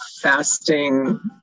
fasting